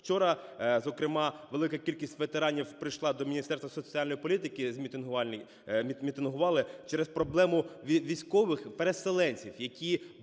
Вчора, зокрема, велика кількість ветеранів прийшла до Міністерства соціальної політики, мітингували через проблему військових переселенців, які були